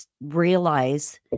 realize